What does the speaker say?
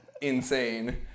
insane